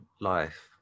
life